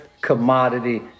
commodity